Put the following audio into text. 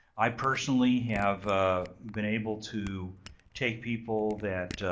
i, personally, have been able to take people that